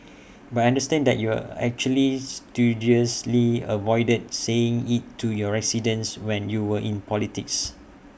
but I understand that you actually studiously avoided saying IT to your residents when you were in politics